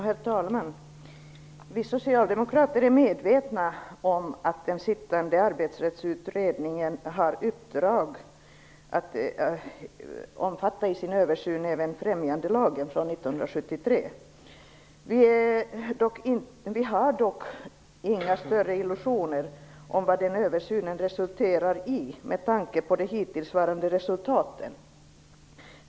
Herr talman! Vi socialdemokrater är medvetna om att den sittande Arbetsrättsutredningen har i uppdrag att i sin översyn innefatta även främjandelagen från 1973. Vi har dock med tanke på de hittillsvarande resultaten inga större illusioner om vad den översynen kommer att resultera i.